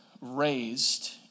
raised